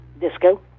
disco